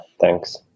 thanks